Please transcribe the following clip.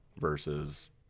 versus